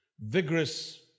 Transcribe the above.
vigorous